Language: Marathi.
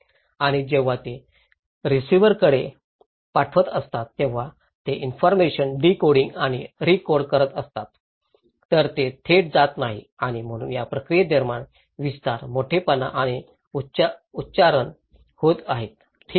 आणि जेव्हा ते ते रिसीव्हरकडे पाठवत असतात तेव्हा ते इन्फॉरमेशन डीकोडिंग आणि रीकोड करत असतात तर ते थेट जात नाही आणि म्हणून या प्रक्रियेदरम्यान विस्तार मोठेपणा आणि उच्चारण होत आहेत ठीक आहे